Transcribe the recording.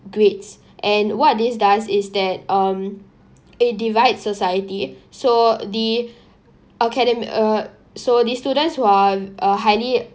grades and what this does is that um it divide society so the academ~ uh so these students who are uh highly